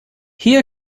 here